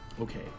Okay